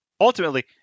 ultimately